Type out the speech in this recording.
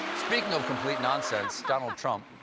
speaking of complete nonsense, donald trump.